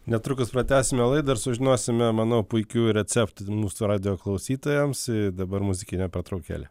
netrukus pratęsime laidą ir sužinosime manau puikiųjų receptų mūsų radijo klausytojams dabar muzikinė pertraukėlė